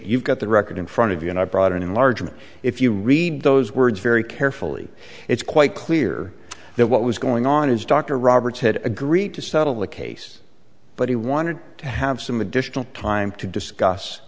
you've got the record in front of you and i brought an enlargement if you read those words very carefully it's quite clear that what was going on is dr roberts had agreed to settle the case but he wanted to have some additional time to discuss